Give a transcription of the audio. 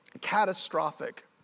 catastrophic